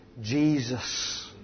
Jesus